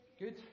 good